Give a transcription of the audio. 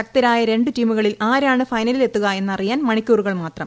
ശക്തരായ ര ു ടീമുകളിൽ ആരാണ് ഫൈനലിലെത്തുക എന്നറിയാൻ മണിക്കൂറുകൾ മാത്രം